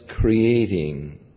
creating